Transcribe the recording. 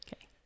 Okay